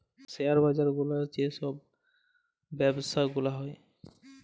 share বাজার গুলার যে ছব ব্যবছা গুলা হ্যয়